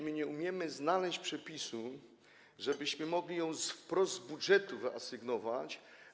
My nie umiemy znaleźć przepisu, żebyśmy mogli ją wprost z budżetu wyasygnować.